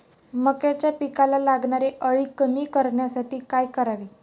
मक्याच्या पिकाला लागणारी अळी कमी करण्यासाठी काय करावे?